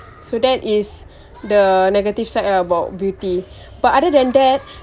so that is the negative side lah about beauty but other than that